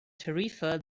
tarifa